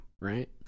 right